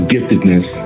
Giftedness